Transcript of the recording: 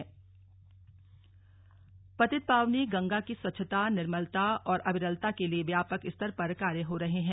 नमामि गंगे पतित पावनी गंगा की स्वच्छता निर्मलता और अविरलता के लिए व्यापक स्तर पर कार्य हो रहे हैं